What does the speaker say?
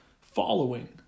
following